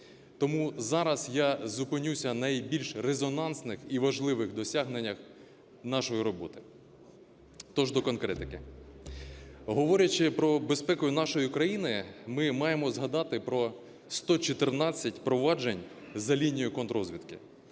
тому зараз я зупинюся на найбільш резонансних досягненнях нашої роботи. Тож до конкретики. Говорячи про безпеку нашої крани, ми маємо згадати про 114 проваджень за лінією контррозвідки,